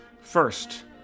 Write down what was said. first